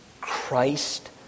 Christ